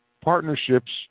Partnerships